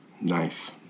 Nice